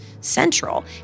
central